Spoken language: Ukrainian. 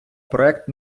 проект